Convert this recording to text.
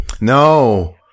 No